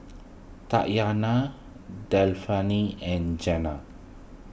Tatyanna Delphine and Jena